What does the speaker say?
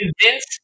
convince